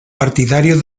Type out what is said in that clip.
partidario